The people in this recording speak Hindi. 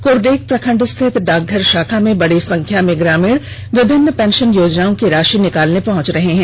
क्रडेग प्रखंड स्थित डाकघर शाखा में बड़ी संख्या में ग्रामीण विभिन्न पेंषन योजनाओं की राषि निकालने पहंच रहे है